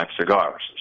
cigars